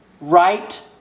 right